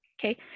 Okay